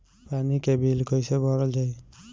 पानी के बिल कैसे भरल जाइ?